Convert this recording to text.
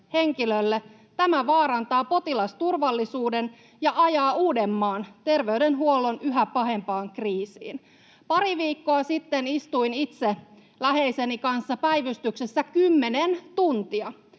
Tämä vaarantaa potilasturvallisuuden ja ajaa Uudenmaan terveydenhuollon yhä pahempaan kriisiin. Pari viikkoa sitten istuin itse läheiseni kanssa päivystyksessä kymmenen tuntia.